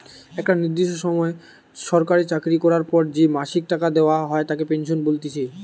একটা নির্দিষ্ট সময় সরকারি চাকরি করার পর যে মাসিক টাকা দেওয়া হয় তাকে পেনশন বলতিছে